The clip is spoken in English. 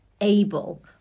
able